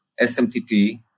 SMTP